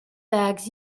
bags